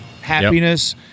Happiness